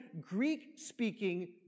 Greek-speaking